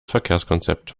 verkehrskonzept